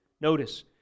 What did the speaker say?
Notice